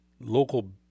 local